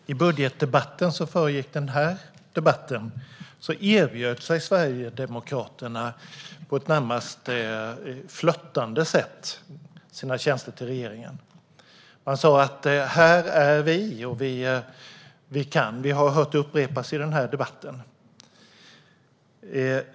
Herr talman! I budgetdebatten som föregick den här debatten erbjöd Sverigedemokraterna på ett närmast flörtande sätt sina tjänster till regeringen. Man sa: Här är vi, och vi kan. Detta har vi hört upprepas i den här debatten.